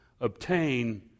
obtain